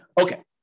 Okay